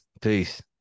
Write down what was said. Peace